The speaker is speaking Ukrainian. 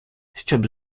щоб